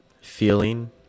feeling